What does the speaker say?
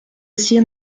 aussi